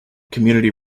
community